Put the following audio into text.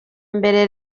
mbere